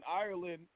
Ireland